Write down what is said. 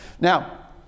Now